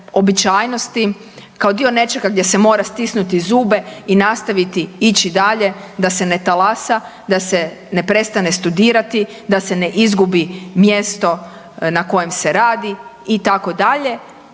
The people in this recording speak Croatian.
kao dio nečega gdje se mora stisnuti zube i nastaviti ići dalje, da se ne talasa, da se ne prestane studirati, da ne izgubi mjesto na kojem se radi itd.